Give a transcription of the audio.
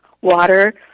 water